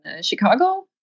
Chicago